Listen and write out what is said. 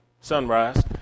sunrise